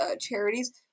charities